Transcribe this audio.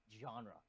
genre